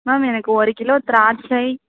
ma'am எனக்கு ஒரு kilo திராட்சை